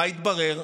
מה התברר?